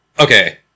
Okay